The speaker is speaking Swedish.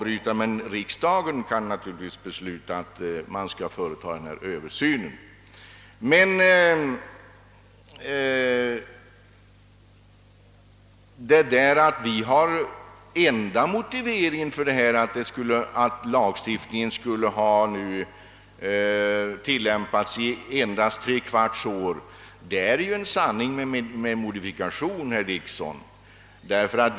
Riksdagen däremot kan naturligtvis besluta att man skall företa en översyn. Talet om att vi som enda motivering skulle framhålla att lagen nu skulle ha tillämpats i endast tre kvarts år är en sanning med modifikation, herr Dick son!